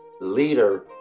leader